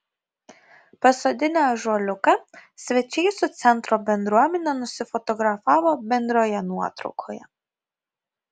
pasodinę ąžuoliuką svečiai su centro bendruomene nusifotografavo bendroje nuotraukoje